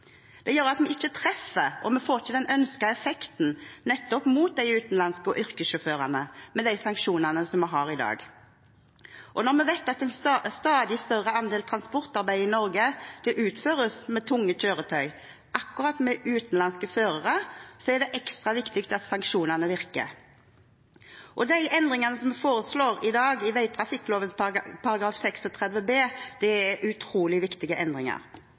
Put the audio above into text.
Det gjør at en ikke treffer, og vi får ikke den ønskede effekten mot nettopp de utenlandske sjåførene og yrkessjåførene med de sanksjonene som vi har i dag. Når vi vet at en stadig større andel transportarbeid i Norge utføres med tunge kjøretøy med nettopp utenlandske førere, er det ekstra viktig at sanksjonene virker. De endringene som vi foreslår i dag i vegtrafikkloven § 36 b, er utrolig viktige endringer